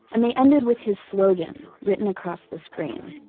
and they ended with his slogan written across the screen,